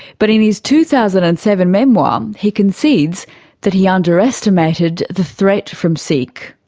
but in his two thousand and seven memoir he concedes that he underestimated the threat from seek.